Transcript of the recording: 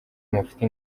mufite